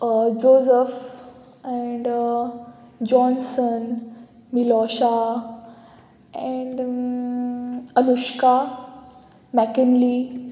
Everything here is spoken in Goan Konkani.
Joseph and Johnson Milosha and Anushka McKinley